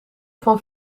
van